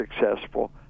successful